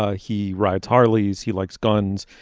ah he writes harley's he likes guns.